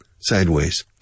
Sideways